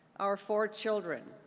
our four children,